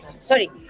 Sorry